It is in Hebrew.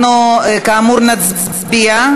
אנחנו, כאמור, נצביע.